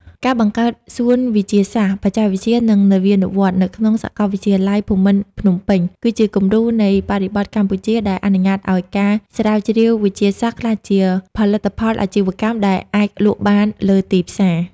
ការបង្កើត សួនវិទ្យាសាស្ត្រ បច្ចេកវិទ្យា និងនវានុវត្តន៍ នៅក្នុងសាកលវិទ្យាល័យភូមិន្ទភ្នំពេញ គឺជាគំរូនៃបរិបទកម្ពុជាដែលអនុញ្ញាតឱ្យការស្រាវជ្រាវវិទ្យាសាស្ត្រ ក្លាយជាផលិតផលអាជីវកម្មដែលអាចលក់បានលើទីផ្សារ។